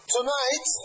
Tonight